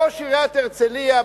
ראש עיריית הרצלייה,